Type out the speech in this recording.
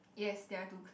yes there are two cloud